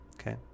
Okay